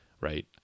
right